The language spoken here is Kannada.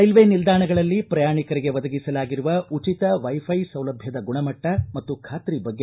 ರೈಲ್ವೆ ನಿಲ್ನಾಣಗಳಲ್ಲಿ ಪ್ರಯಾಣಿಕರಿಗೆ ಒದಗಿಸಲಾಗಿರುವ ಉಚಿತ ವೈ ಫೈ ಸೌಲಭ್ಯದ ಗುಣಮಟ್ಟ ಮತ್ತು ಖಾತ್ರಿ ಬಗ್ಗೆ